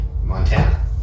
Montana